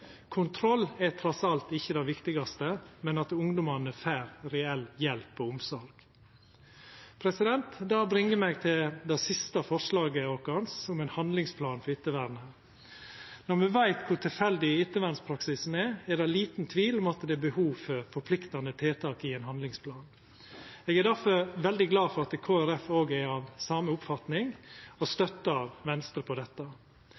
Kontroll er trass alt ikkje det viktigaste, men at ungdomane får reell hjelp og omsorg. Det bringer meg til det siste forslaget vårt, om ein handlingsplan for ettervernet. Når me veit kor tilfeldig ettervernspraksisen er, er det liten tvil om at det er behov for forpliktande tiltak i ein handlingsplan. Eg er difor veldig glad for at Kristeleg Folkeparti er av same oppfatning og støttar Venstre i dette.